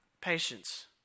patience